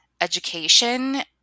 education